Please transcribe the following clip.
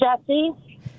Jesse